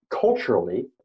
culturally